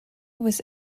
was